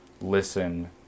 listen